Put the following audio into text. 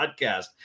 podcast